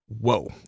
Whoa